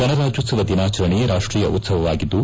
ಗಣರಾಜ್ಲೋತ್ತವ ದಿನಾಚರಣೆ ರಾಷ್ಷೀಯ ಉತ್ತವವಾಗಿದ್ದು